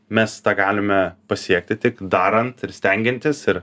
mes tą galime pasiekti tik darant ir stengiantis ir